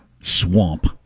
swamp